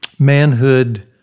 manhood